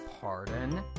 Pardon